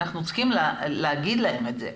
אנחנו צריכים להגיד להם את זה,